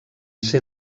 ser